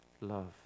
love